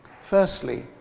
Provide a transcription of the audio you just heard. Firstly